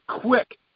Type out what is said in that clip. quick